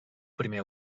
primer